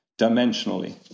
dimensionally